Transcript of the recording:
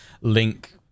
link